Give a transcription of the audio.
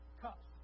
cups